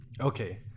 Okay